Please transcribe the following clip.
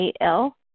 AL